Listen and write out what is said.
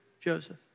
Joseph